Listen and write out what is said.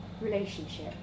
relationship